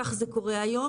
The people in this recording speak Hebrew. כך זה קורה היום,